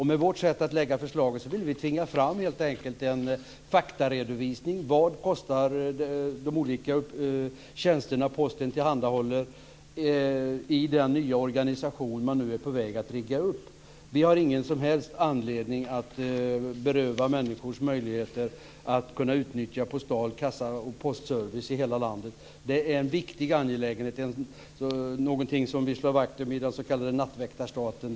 Med vårt förslag vill vi helt enkelt tvinga fram en faktaredovisning av kostnaderna för de olika tjänster som Posten tillhandahåller i den nya organisation som man nu är på väg att rigga upp. Vi har ingen som helst anledning att beröva människor deras möjligheter att utnyttja postal kassa och postservice i hela landet. Det är en viktig angelägenhet och någonting som vi slår vakt om i den s.k. nattväktarstaten.